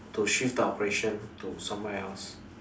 to shift the operation to somewhere else